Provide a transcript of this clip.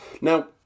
now